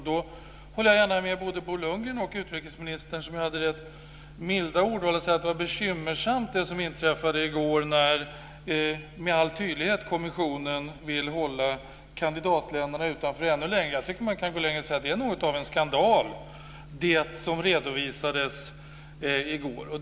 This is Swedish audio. Jag håller gärna med Bo Lundgren och utrikesministern, som hade valt ett milt ord och sade att det var bekymmersamat det som inträffade i går när kommissionen med all tydlighet vill hålla kandidatländerna utanför ännu längre. Jag tycker att man kan gå längre och säga att det som redovisades i går är något av en skandal.